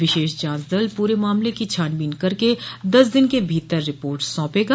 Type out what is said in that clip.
विशेष जांच दल पूरे मामले की छानबीन करके दस दिन के भीतर रिपोर्ट सौंपेगा